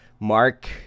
Mark